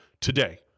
today